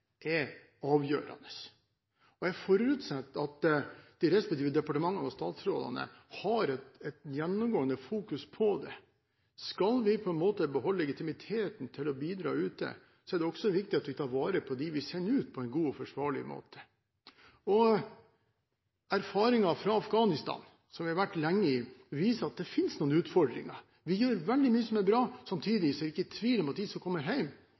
er avgjørende. Jeg forutsetter at de respektive departementene og statsrådene har et gjennomgående fokus på det. Hvis vi skal beholde legitimiteten til å bidra ute, er det også viktig at vi tar vare på dem vi sender ut, på en god og forsvarlig måte. Erfaringene fra Afghanistan, hvor vi har vært lenge, viser at det finnes noen utfordringer. Vi gjør veldig mye som er bra, samtidig er det ikke tvil om at de som kommer